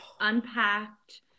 unpacked